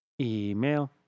Email